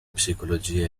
psicologia